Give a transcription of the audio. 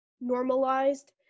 normalized